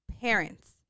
parents